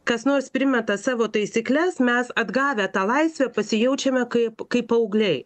kas nors primeta savo taisykles mes atgavę tą laisvę pasijaučiame kaip kaip paaugliai